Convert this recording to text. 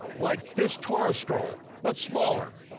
like this torah scroll but smaller.